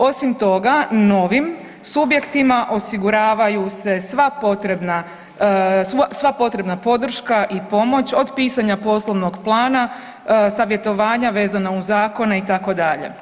Osim toga novim subjektima osiguravaju se sva potrebna, sva potrebna podrška i pomoć od pisanja poslovnog plana, savjetovanja vezana uz zakone itd.